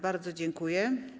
Bardzo dziękuję.